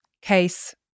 case